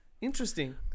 Interesting